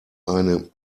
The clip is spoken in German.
eine